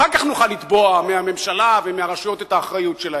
אחר כך נוכל לתבוע מהממשלה ומהרשויות את האחריות שלהן,